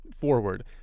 forward